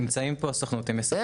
נמצאים פה הסוכנות, הם מספקים.